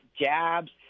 jabs